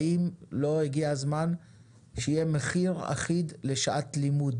האם לא הגיע הזמן שיהיה מחיר אחיד לשעת לימוד